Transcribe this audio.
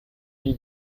die